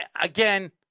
again